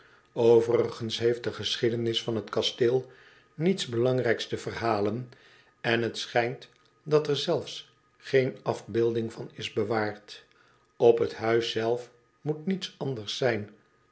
overigens heeft de geschiedenis van het kasteel niets belangrijks te verhalen en het schijnt dat er zelfs geen afbeelding van is bewaard op het huis zelf moet niets anders zijn